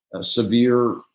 severe